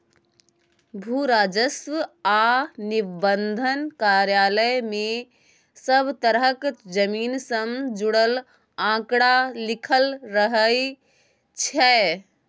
भू राजस्व आ निबंधन कार्यालय मे सब तरहक जमीन सँ जुड़ल आंकड़ा लिखल रहइ छै